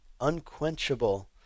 unquenchable